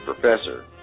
professor